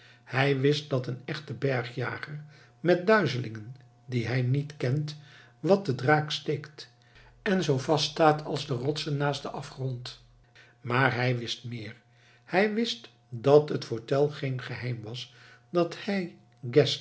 hij wist dat een echte bergjager met duizelingen die hij niet kent wat den draak steekt en zoo vast staat als de rotsen naast den afgrond maar hij wist meer hij wist dat het voor tell geen geheim was dat hij